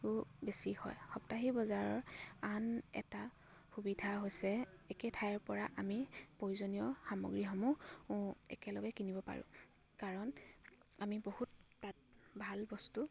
বেছি হয় সাপ্তাহিক বজাৰৰ আন এটা সুবিধা হৈছে একে ঠাইৰ পৰা আমি প্ৰয়োজনীয় সামগ্ৰীসমূহ উ একেলগে কিনিব পাৰোঁ কাৰণ আমি বহুত তাত ভাল বস্তু